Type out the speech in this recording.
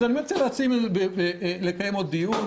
אז אני מציע לקיים עוד דיון.